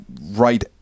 right